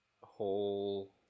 whole